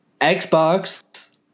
Xbox